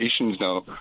now